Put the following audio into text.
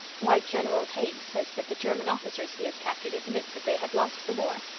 why, general haig says that the german officers he has captured admit that they have lost the war.